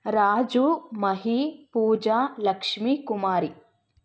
Raju Mahi Pooja Lakshmi Kumari